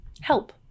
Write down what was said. help